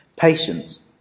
Patience